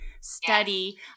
study